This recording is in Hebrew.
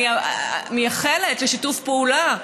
אני מייחלת לשיתוף פעולה,